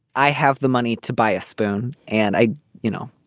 i have the money to buy a spoon. and i you know,